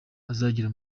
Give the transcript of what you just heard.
azagera